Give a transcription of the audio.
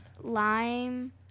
Lime